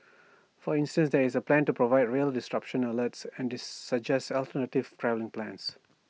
for instance there is A plan to provide rail disruption alerts and suggest alternative travelling plans